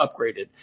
upgraded